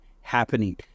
happening